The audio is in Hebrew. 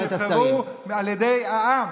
שנבחרו על ידי העם.